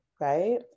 right